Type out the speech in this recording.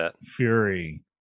fury